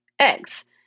eggs